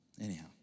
Anyhow